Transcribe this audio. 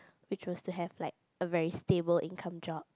which was to have like a very stable income job